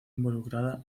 involucrada